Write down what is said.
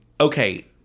okay